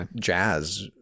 jazz